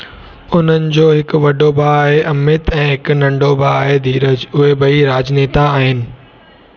उन्हनि जो हिकु वॾो भाउ आहे अमित ऐं हिकु नंढो भाउ आहे धीरज उहे ब॒ई ई राजनेता आहिनि